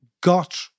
got